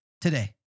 today